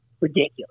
ridiculous